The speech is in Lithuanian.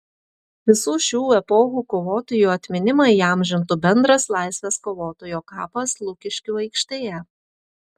visų šių epochų kovotojų atminimą įamžintų bendras laisvės kovotojo kapas lukiškių aikštėje